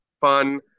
fun